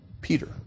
Peter